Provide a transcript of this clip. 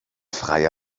freie